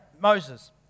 Moses